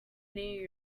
near